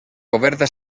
coberta